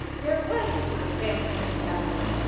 there was sort of family look about them.